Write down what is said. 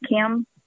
Kim